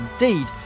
indeed